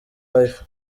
wife